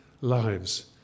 lives